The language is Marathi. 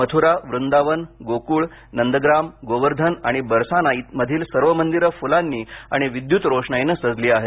मथुरा वृंदावन गोकुळ नंदग्राम गोवर्धन आणि बरसाना मधील सर्व मंदिरे फुलांनी आणि विद्युत रोषणाईने सजली आहेत